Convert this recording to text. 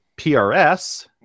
PRS